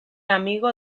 amigo